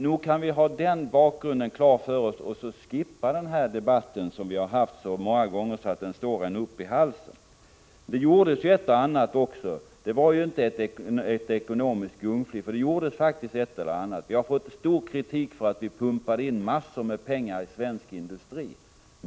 Nog kan vi ha den bakgrunden klar för oss, så kan vi skippa den här debatten som vi har fört så många gånger att den står en uppi halsen. Det gjordes faktiskt ett och annat också. Det var ju inte ett ekonomiskt gungfly. Vi har fått mycket kritik för att vi pumpade in massor med pengar i svensk industri.